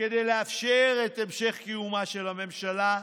כדי לאפשר את המשך קיומה של הממשלה,